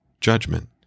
judgment